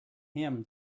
him